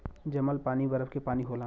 जमल पानी बरफ के पानी होला